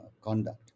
conduct